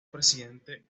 presidente